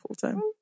full-time